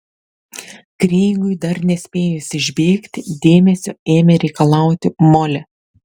kreigui dar nespėjus išbėgti dėmesio ėmė reikalauti molė